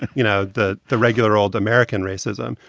you know, the the regular old american racism.